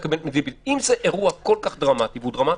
אם זה אירוע כל-כך דרמטי, והוא דרמטי,